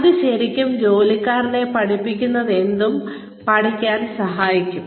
അത് ശരിക്കും ജോലിക്കാരനെ പഠിപ്പിക്കുന്നതെന്തും പഠിക്കാൻ സഹായിക്കും